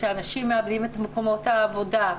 שאנשים מאבדים את מקומות העבודה,